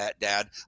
dad